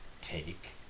take